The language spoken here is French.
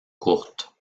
courte